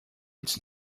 it’s